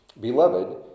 Beloved